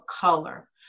color